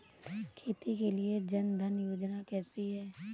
खेती के लिए जन धन योजना कैसी है?